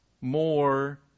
more